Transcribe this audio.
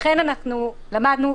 לכן למדנו,